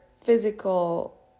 physical